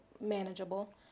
manageable